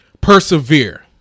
persevere